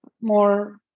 more